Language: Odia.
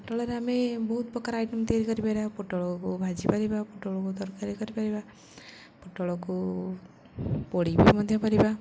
ପୋଟଳରେ ଆମେ ବହୁତ ପ୍ରକାର ଆଇଟମ୍ ତିଆରି କରିପାରିବା ପୋଟଳକୁ ଭାଜିପାରିବା ପୋଟଳକୁ ତରକାରୀ କରିପାରିବା ପୋଟଳକୁ ପୋଡ଼ି ବି ମଧ୍ୟ ପାରିବା